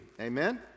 Amen